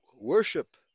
worship